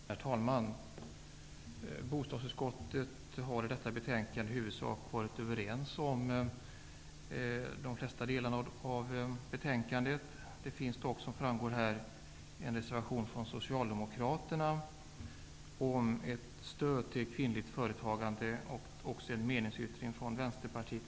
Herr talman! Bostadsutskottet har när det gäller detta betänkande i huvudsak varit överens i de flesta delar. Det finns dock, som framgår av betänkandet, en reservation från Socialdemokraterna om stöd till kvinnligt företagande. Vidare finns det i samma fråga en meningsyttring från Vänsterpartiet.